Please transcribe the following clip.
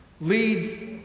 leads